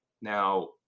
Now